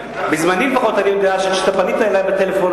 בזמני לפחות אני יודע שכאשר אתה פנית אלי בטלפון,